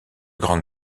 grande